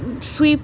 swift